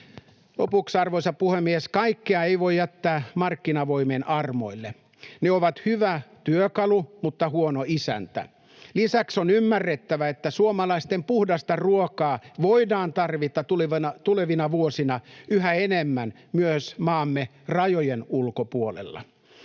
Lopuksi, arvoisa puhemies: Kaikkea ei voi jättää markkinavoimien armoille. Ne ovat hyvä työkalu mutta huono isäntä. Lisäksi on ymmärrettävä, että suomalaista, puhdasta ruokaa voidaan tarvita tulevina vuosina yhä enemmän myös maamme rajojen ulkopuolella.